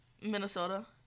Minnesota